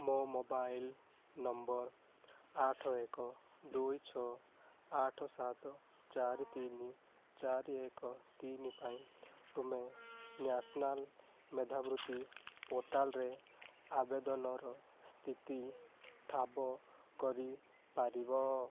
ମୋ mobile number ଆଠ ଏକ ଦୁଇ ଛଅ ଆଠ ସାତ ଚାରି ତିନି ଚାରି ଏକ ତିନି ପାଇଁ ତୁମେ ନ୍ୟାସନାଲ୍ ମେଧାବୃତ୍ତି ପୋର୍ଟାଲ୍ରେ ଆବେଦନର ସ୍ଥିତି ଠାବ କରିପାରିବ